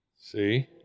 See